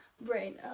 brain